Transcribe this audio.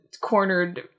cornered